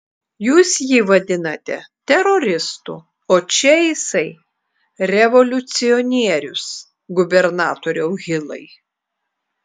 jūs jį vadinate teroristu o čia jisai revoliucionierius gubernatoriau hilai